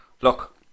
look